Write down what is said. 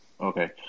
Okay